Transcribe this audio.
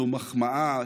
זו מחמאה,